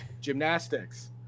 gymnastics